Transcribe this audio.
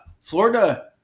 Florida